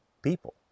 people